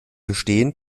gestehen